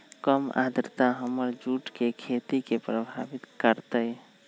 कम आद्रता हमर जुट के खेती के प्रभावित कारतै?